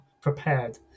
prepared